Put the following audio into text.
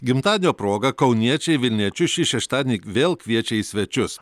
gimtadienio proga kauniečiai vilniečius šį šeštadienį vėl kviečia į svečius